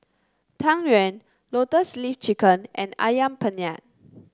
Tang Yuen Lotus Leaf Chicken and ayam penyet